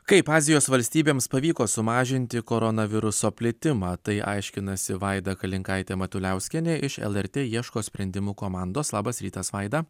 kaip azijos valstybėms pavyko sumažinti koronaviruso plitimą tai aiškinasi vaida kalinkaitė matuliauskienė iš lrt ieško sprendimų komandos labas rytas vaida